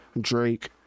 drake